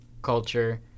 culture